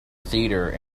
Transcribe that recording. theatre